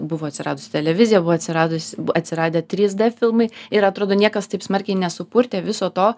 buvo atsiradus televizija buvo atsiradus atsiradę trys filmai ir atrodo niekas taip smarkiai nesupurtė viso to